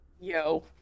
Yo